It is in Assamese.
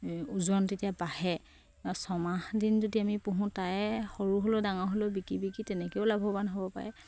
ওজন তেতিয়া বাঢ়ে ছমাহ দিন যদি আমি পোহোঁ তাই সৰু হ'লেও ডাঙৰ হ'লেও বিকি বিকি তেনেকেও লাভৱান হ'ব পাৰে